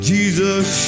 Jesus